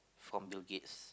from Bill-Gates